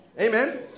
Amen